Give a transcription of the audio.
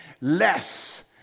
less